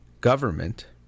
government